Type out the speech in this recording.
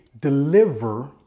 deliver